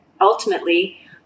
ultimately